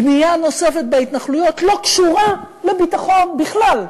בנייה נוספת בהתנחלויות לא קשורה לביטחון בכלל.